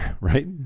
right